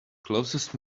closest